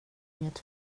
inget